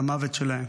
למוות שלהם.